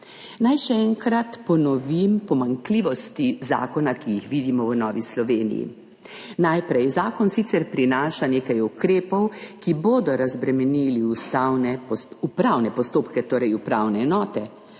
Naj še enkrat ponovim pomanjkljivosti zakona, ki jih vidimo v Novi Sloveniji. Najprej, zakon sicer prinaša nekaj ukrepov, ki bodo razbremenili upravne postopke, torej upravne enote,